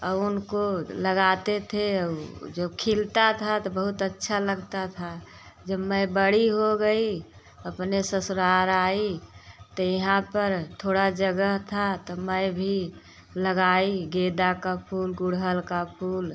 और उनको लगाते थे और जो खिलता था तो बहुत अच्छा लगता था जब मैं बड़ी हो गई अपने ससुराल आई तो यहाँ पर थोड़ा जगह था तो मैं भी लगाई गेंदा का फूल गुड़हल का फूल